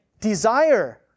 desire